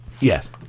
Yes